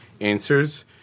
answers